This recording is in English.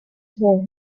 hear